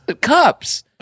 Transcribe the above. Cups